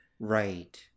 Right